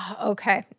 Okay